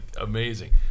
amazing